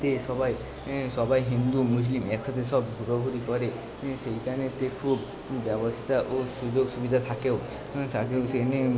তে সবাই সবাই হিন্দু মুসলিম একসাথে সব ঘুরোঘুরি করে সেইখানেতে খুব ব্যবস্থা ও সুযোগ সুবিধা থাকেও থাকেও সেই নিয়ে